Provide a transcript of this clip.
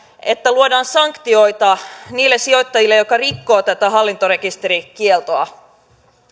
että luodaan sanktioita niille sijoittajille jotka rikkovat tätä hallintarekisterikieltoa